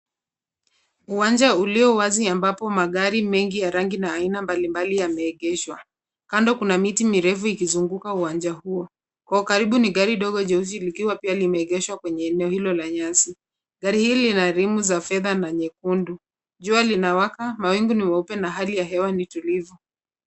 Uwanja ulio wazi ambapo magari mengi ya rangi na aina mbali mbali, yameegeshwa. Kando kuna miti mirefu ikizunguka uwanja huo. Kwa ukaribu ni gari ndogo jeusi likiwa pia limeegeshwa kwenye eneo hilo la nyasi. Gari hili lina rimu za fedha na nyekundu. Jua linawaka, mawingu ni meupe, na hali ya hewa ni tulivu.